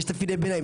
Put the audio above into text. תפקידי ביניים,